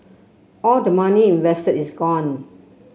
all the money invested is gone